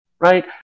right